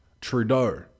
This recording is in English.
Trudeau